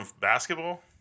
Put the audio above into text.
basketball